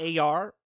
AR